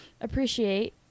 appreciate